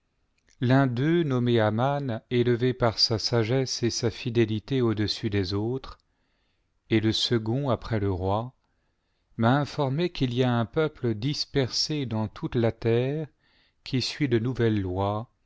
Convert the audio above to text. l'un d'eux nommé aman élevé par sa sagesse et sa fidélité audessus des autres et le second après le roi m'a informé qu'il y a un peuple dispersé dans toute la terre qui suit de nouvelles lois